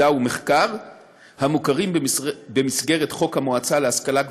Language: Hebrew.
מדע ומחקר המוכרים במסגרת חוק המועצה להשכלה גבוהה,